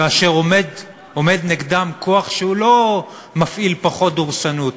כאשר עומד נגדם כוח שמפעיל לא פחות דורסנות,